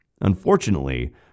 Unfortunately